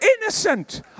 Innocent